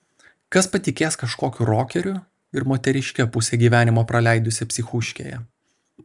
kas patikės kažkokiu rokeriu ir moteriške pusę gyvenimo praleidusia psichuškėje